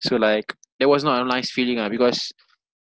so like that was not a nice feeling ah because